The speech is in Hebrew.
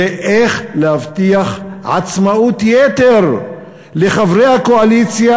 זה איך להבטיח עצמאות יתר לחברי הקואליציה,